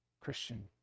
Christian